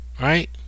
right